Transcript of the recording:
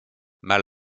mal